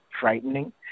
frightening